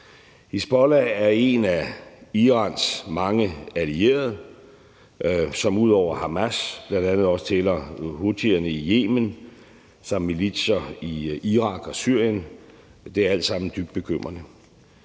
Hizbollah er en af Irans mange allierede, som ud over Hamas bl.a. også tæller houthierne i Yemen såvel som militser i Irak og Syrien. Det er alt sammen dybt bekymrende.